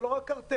זה לא רק קרטל,